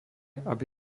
aby